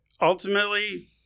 Ultimately